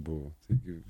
buvo taigi